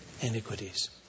iniquities